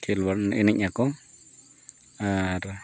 ᱠᱷᱮᱞ ᱵᱟᱝ ᱮᱱᱮᱡ ᱟᱠᱚ ᱟᱨ